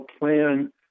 plan